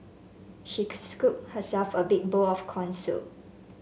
she scooped herself a big bowl of corn soup